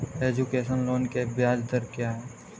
Education loan की ब्याज दर क्या है?